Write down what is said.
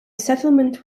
settlement